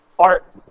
art